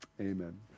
Amen